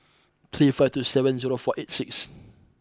three five two seven zero four eight six